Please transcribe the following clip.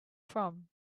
from